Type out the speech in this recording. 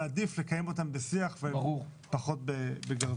אבל עדיף לקיים אותם בשיח ופחות בגרזן.